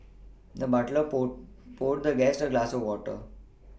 the butler pull poured the guest a glass of water